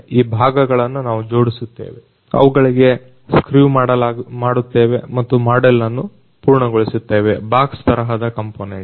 ಈ ಭಾಗಗಳನ್ನು ನಾವು ಜೋಡಿಸುತ್ತೇವೆ ಅವುಗಳಿಗೆ ಸ್ಕ್ರೀವ್ ಮಾಡುತ್ತೇವೆ ಮತ್ತು ಮಾಡೆಲ್ ಅನ್ನು ಪೂರ್ಣಗೊಳಿಸುತ್ತೇವೆ ಬಾಕ್ಸ್ ತರಹದ ಕಂಪೋನೆಂಟ್